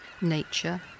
Nature